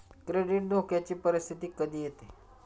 credit धोक्याची परिस्थिती कधी येते